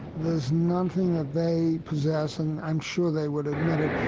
there's nothing that they possess, and i'm sure they would admit it,